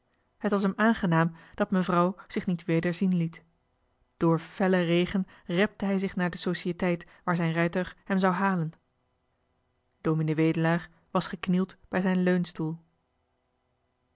het was hem aangenaam dat mevrouw zich niet weder zien liet door fellen regen repte hij zich naar de societeit waar zijn rijtuig hem zou halen ds wedelaar was geknield bij zijn